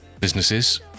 businesses